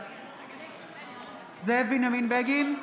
בעד זאב בנימין בגין,